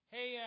Hey